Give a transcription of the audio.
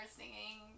singing